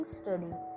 studying